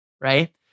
right